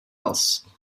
else